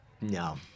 No